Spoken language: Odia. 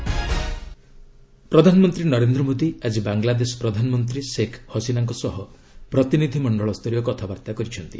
ପିଏମ୍ ଭିଜିଟ୍ ପ୍ରଧାନମନ୍ତ୍ରୀ ନରେନ୍ଦ୍ର ମୋଦୀ ଆଜି ବାଙ୍ଗଲାଦେଶ ପ୍ରଧାନମନ୍ତ୍ରୀ ଶେଖ୍ ହସିନାଙ୍କ ସହ ପ୍ରତିନିଧିମଣ୍ଡଳ ସ୍ତରୀୟ କଥାବାର୍ତ୍ତା କରିଛନ୍ତି